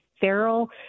feral